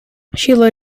sheila